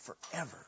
forever